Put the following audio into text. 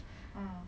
um